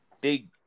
big